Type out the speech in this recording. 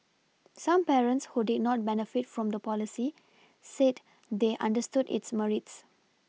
some parents who did not benefit from the policy said they understood its Merits